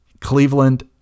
Cleveland